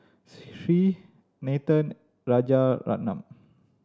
Hri Nathan Rajaratnam